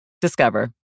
Discover